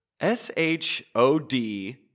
S-H-O-D